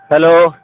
hello